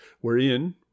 wherein